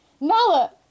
Nala